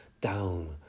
down